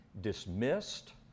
dismissed